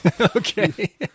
Okay